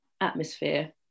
atmosphere